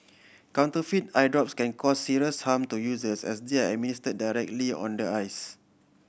counterfeit eye drops can cause serious harm to users as they are administered directly on the eyes